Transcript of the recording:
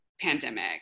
pandemic